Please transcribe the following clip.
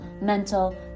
mental